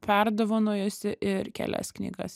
perdovanojusi ir kelias knygas